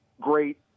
great